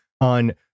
on